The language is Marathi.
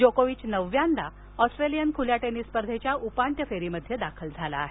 जोकोविच नवव्यांदा ऑस्ट्रेलियन खुल्या टेनिस स्पर्धेच्या उपांत्य फेरीत दाखल झाला आहे